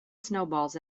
snowballs